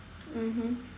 mmhmm